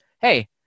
Hey